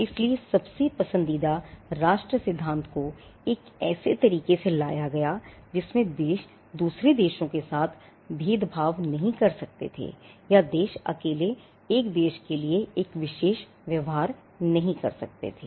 इसलिए सबसे पसंदीदा राष्ट्र सिद्धांत को एक ऐसे तरीके से लाया गया जिसमें देश दूसरे देशों के साथ भेदभाव नहीं कर सकते थे या देश अकेले एक देश के लिए एक विशेष व्यवहार नहीं कर सकते थे